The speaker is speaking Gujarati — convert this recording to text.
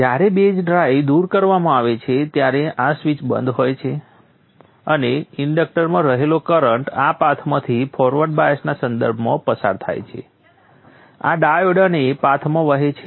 જ્યારે બેઝ ડ્રાઇવ દૂર કરવામાં આવે છે ત્યારે આ સ્વીચ બંધ હોય છે અને ઇન્ડક્ટરમાં રહેલો કરંટ આ પાથમાંથી ફોરવર્ડ બાયસના સંદર્ભમાં પસાર થાય છે આ ડાયોડ અને આ પાથમાં વહે છે સંદર્ભ સમય 1253